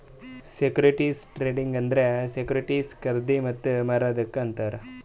securities trading ಅಂದುರ್ securities ಖರ್ದಿ ಮತ್ತ ಮಾರದುಕ್ ಅಂತಾರ್